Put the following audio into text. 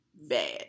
bad